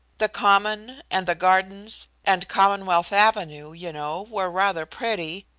the common, and the gardens, and commonwealth avenue, you know, were rather pretty,